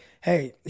hey